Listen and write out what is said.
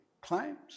claims